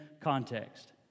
context